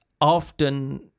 often